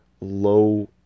low